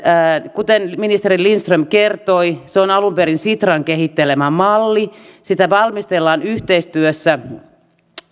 kuten ministeri lindström kertoi se on alun perin sitran kehittelemä malli sitä valmistellaan yhteistyössä